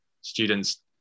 students